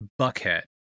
Buckhead